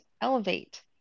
elevate